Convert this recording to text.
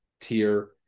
tier